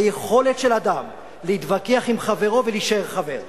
מהיכולת של אדם להתווכח עם חברו ולהישאר חבר.